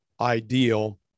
ideal